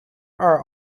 are